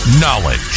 Knowledge